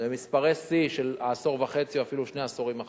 אלה מספרי שיא של עשור וחצי או אפילו שני העשורים האחרונים.